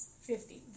fifty